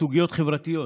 בסוגיות חברתיות,